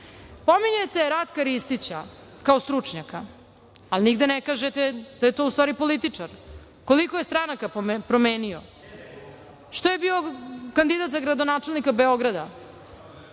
javno. Pominjete Ratka Ristića kao stručnjaka, a nigde ne kažete da je to u stvari političar. Koliko je stranaka promenio? Što je bio kandidat za gradonačelnika Beograda?